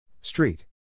Street